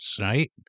right